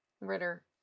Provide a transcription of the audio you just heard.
Ritter